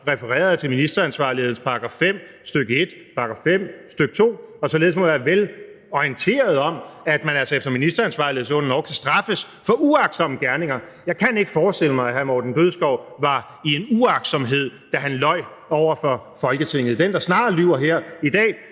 refereret til ministeransvarlighedslovens § 5, stk. 1 og stk. 2, og således må være velorienteret om, at man altså efter ministeransvarlighedsloven endog kan straffes for uagtsomme gerninger. Jeg kan ikke forestille mig, at hr. Morten Bødskov var uagtsom, da han løj over for Folketinget. Den, der snarere lyver her i dag,